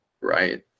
right